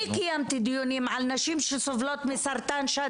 אני קיימתי דיונים על נשים בעזה שסובלות מסרטן השד